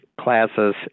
classes